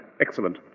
Excellent